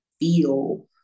feel